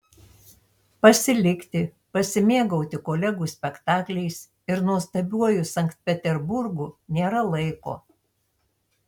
pasilikti pasimėgauti kolegų spektakliais ir nuostabiuoju sankt peterburgu nėra laiko